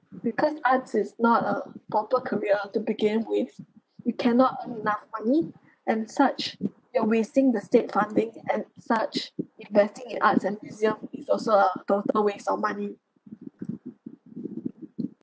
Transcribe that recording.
because arts is not a proper career to begin with we cannot earn enough money and such you're wasting the state funding and such investing in arts and museums is also a total waste of money